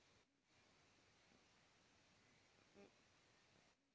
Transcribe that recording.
भारत में मुख्य रूप से पांच तरह क मट्टी मिलला